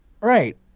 Right